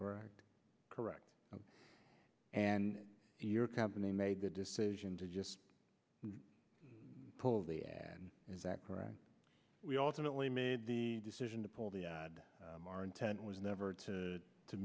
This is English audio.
correct correct and your company made the decision to just pull the ad is that correct we alternately made the decision to pull the ad mar intent was never to to